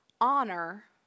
honor